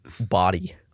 body